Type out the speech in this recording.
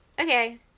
Okay